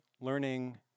learning